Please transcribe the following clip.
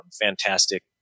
fantastic